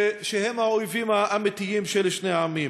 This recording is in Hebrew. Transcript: שהם האויבים האמיתיים של שני העמים.